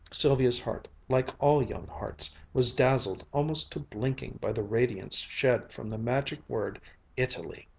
sylvia's heart, like all young hearts, was dazzled almost to blinking by the radiance shed from the magic word italy.